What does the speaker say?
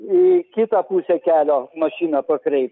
į kitą pusę kelio mašiną pakreipt